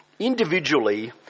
individually